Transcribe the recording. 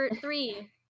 three